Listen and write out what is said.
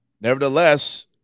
nevertheless